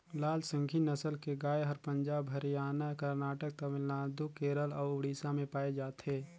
लाल सिंघी नसल के गाय हर पंजाब, हरियाणा, करनाटक, तमिलनाडु, केरल अउ उड़ीसा में पाए जाथे